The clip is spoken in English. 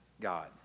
God